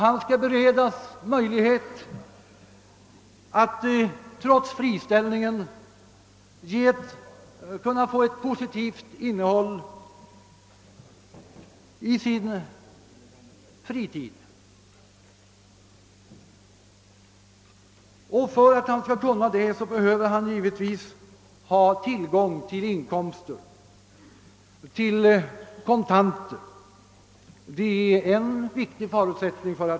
De skall beredas möjlighet att trots friställningen kunna ge sin fritid ett positivt innehåll. För att kunna detta behöver man givetvis inkomster. Det är en viktig förutsättning.